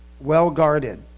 well-guarded